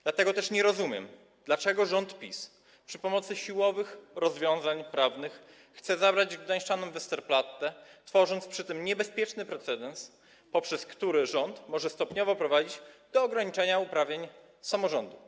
Dlatego też nie rozumiem, dlaczego rząd PiS za pomocą siłowych rozwiązań prawnych chce zabrać gdańszczanom Westerplatte, tworząc przy tym niebezpieczny precedens, poprzez który rząd może stopniowo prowadzić do ograniczania uprawnień samorządu.